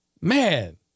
Man